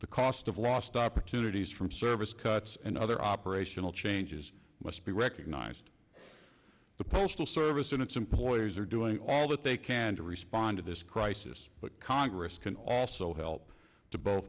the cost of lost opportunities from service cuts and other operational changes must be recognized the postal service and its employees are doing all that they can to respond to this crisis but congress can also help to both